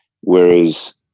Whereas